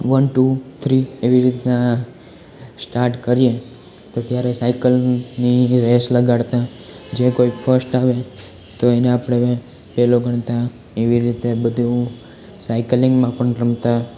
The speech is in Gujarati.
વન ટુ થ્રી એવી રીતના સ્ટાર્ટ કરીએ ત્યારે સાઈકલની રેસ લગાડતા જે કોઈ ફર્સ્ટ આવે તો એને આપણે પહેલો ગણતાં એવી રીતે બધું સાઈકલિંગમાં પણ રમતા